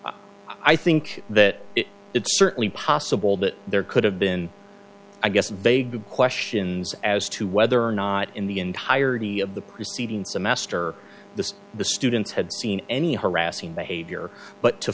state i think that it's certainly possible that there could have been i guess vague questions as to whether or not in the entirety of the preceding semester the the students had seen any harassing behavior but to